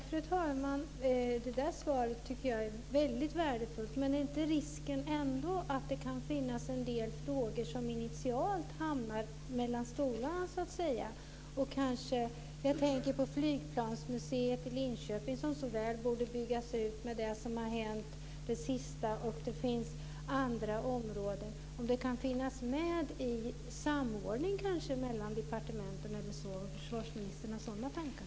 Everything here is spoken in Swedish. Fru talman! Det svaret tycker jag är väldigt värdefullt. Men är ändå inte risken att det kan finnas en del frågor som initialt hamnar mellan stolarna? Jag tänker på flygplansmuseet i Linköping, som så väl borde byggas ut i och med det senaste som har hänt, och det finns andra områden. Det kanske kan finnas en samordning mellan departementen. Har försvarsministern några sådana tankar?